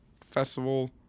festival